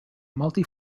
multi